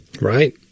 Right